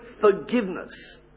forgiveness